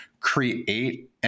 create